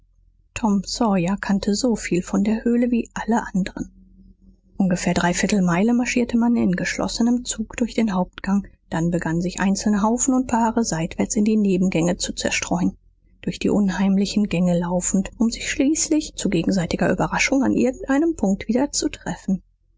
tom sawyer kannte so viel von der höhle wie alle anderen ungefähr dreiviertel meilen marschierte man in geschlossenem zug durch den hauptgang dann begannen sich einzelne haufen und paare seitwärts in die nebengänge zu zerstreuen durch die unheimlichen gänge laufend um sich schließlich zu gegenseitiger überraschung an irgend einem punkt wieder zu treffen